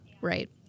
Right